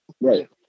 Right